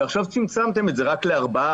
עכשיו צמצמתם את זה רק לארבעה,